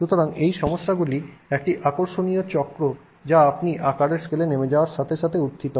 সুতরাং এটি সমস্যাগুলির একটি আকর্ষণীয় চক্র যা আপনি আকারের স্কেলে নেমে যাওয়ার সাথে সাথে উত্থিত হয়